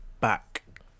back